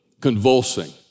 convulsing